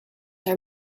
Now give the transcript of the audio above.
are